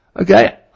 Okay